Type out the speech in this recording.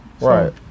Right